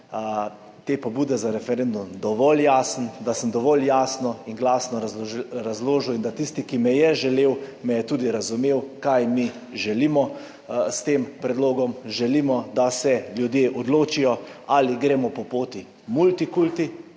te pobude za referendum dovolj jasen, da sem dovolj jasno in glasno razložil in da me je tisti, ki me je želel, tudi razumel, kaj mi želimo. S tem predlogom želimo, da se ljudje odločijo ali gremo po poti multikulti,